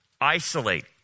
Isolate